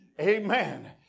Amen